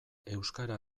euskara